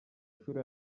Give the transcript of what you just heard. nshuro